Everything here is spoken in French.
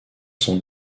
sont